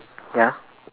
ya